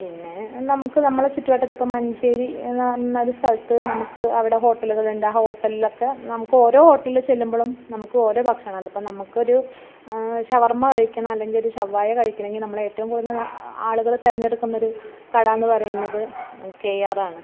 പിന്നെ നമുക്ക് നമ്മുടെ ചുറ്റുവട്ടത്തൊക്കെ മഞ്ചേരി എന്ന എന്നൊരു സ്ഥലത്ത് നമുക്ക് അവിടെ ഹോട്ടലുകളുണ്ട് ആ ഹോട്ടലിലൊക്കെ നമുക്ക് ഓരോ ഹോട്ടലിൽ ചെല്ലുമ്പോഴും നമുക്കോരോ ഭക്ഷണമാണ് അതിപ്പം നമുക്കൊരു ഷവർമ്മ കഴിക്കണം അല്ലെങ്കിൽ ഒരു ഷവ്വായ കഴിക്കണമെങ്കിൽ നമ്മളേറ്റവും കൂടുതൽ ആളുകൾ തിരഞ്ഞെടുക്കുന്നൊരു കടയെന്നു പറയുന്നത് കെ ആറാണ്